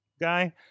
guy